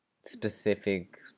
specific